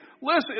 Listen